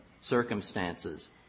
circumstances